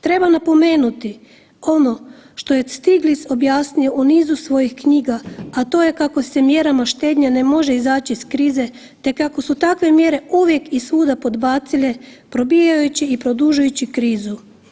Treba napomenuti, ono što je Stiglitz objasnio u nizu svojih knjiga, a to je kako se mjerama štednje ne može izaći iz krize te kako su takve mjere uvijek i svuda podbacile probijajući i produžujući krizu.